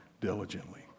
diligently